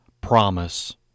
promise